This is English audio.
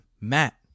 Matt